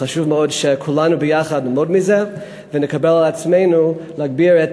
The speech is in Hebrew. חשוב מאוד שכולנו ביחד נלמד מזה ונקבל על עצמנו להגביר את